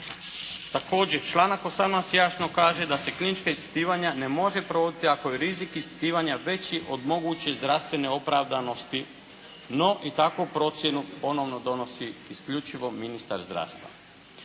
Također, članak 18. jasno kaže da se klinička ispitivanja ne mogu provoditi ako je rizik ispitivanja veći od moguće zdravstvene opravdanosti, no i takvu procjenu ponovo donosi isključivo ministar zdravstva.